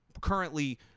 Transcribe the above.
currently